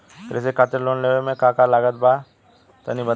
कृषि खातिर लोन लेवे मे का का लागत बा तनि बताईं?